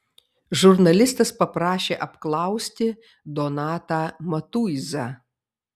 žurnalistas paprašė apklausti donatą matuizą